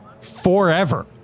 forever